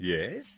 Yes